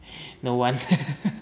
no one